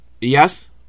Yes